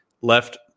left